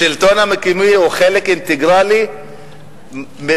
השלטון המקומי הוא חלק אינטגרלי מהמדינה.